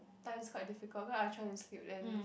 times quite difficult because I tried to sleep then